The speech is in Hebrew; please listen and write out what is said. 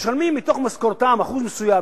משלמים מתוך משכורתם אחוז מסוים,